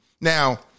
Now